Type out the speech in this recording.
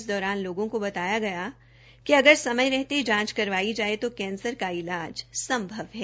इस दौरान लोगों को बताया गया कि अगर समय रहते जांच करवाई जाये तो कैंसर का इलाज संभव है